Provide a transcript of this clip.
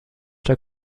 der